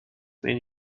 mean